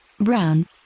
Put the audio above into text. brown